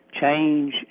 change